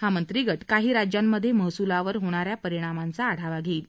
हा मंत्रीगट काही राज्यांमध्ये महसुलावर होणाऱ्या परिणामांचा आढावा घेईल